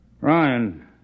Ryan